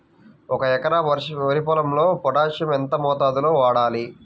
ఒక ఎకరా వరి పొలంలో పోటాషియం ఎంత మోతాదులో వాడాలి?